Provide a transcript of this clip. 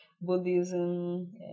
Buddhism